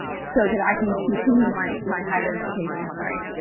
so that i can continue my my higher education, sorry.